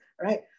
right